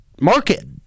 market